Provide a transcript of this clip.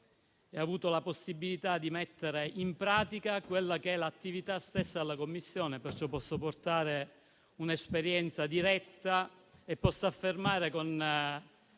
aver avuto la possibilità di mettere in pratica l'attività della Commissione. Perciò posso portare un'esperienza diretta e posso affermare con